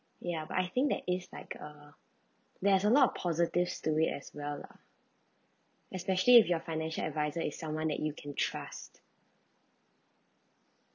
ya but I think that is like uh there is a lot of positives story as well lah especially if your financial adviser is someone that you can trust